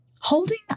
holding